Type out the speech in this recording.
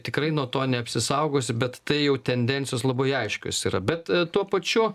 tikrai nuo to neapsisaugosi bet tai jau tendencijos labai aiškios yra bet tuo pačiu